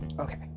Okay